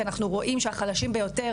כי אנחנו רואים שהחלשים ביותר,